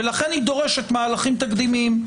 ולכן היא דורשת תהליכים תקדימיים.